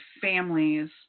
families